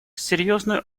серьезную